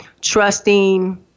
trusting